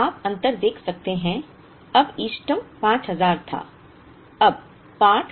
तो आप अंतर देख सकते हैं अब इष्टतम 5000 था